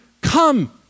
come